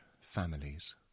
families